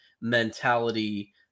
mentality